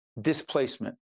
displacement